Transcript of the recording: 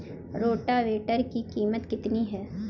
Rotavator की कीमत कितनी है?